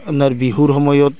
আপোনাৰ বিহুৰ সময়ত